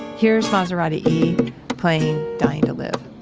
here's maserati e playing dying to live